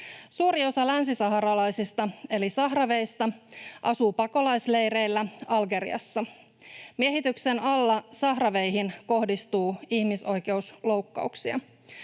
Suuri osa länsisaharalaisista eli sahraweista asuu pakolaisleireillä Algeriassa. Miehityksen alla sahraweihin kohdistuu ihmisoikeusloukkauksia.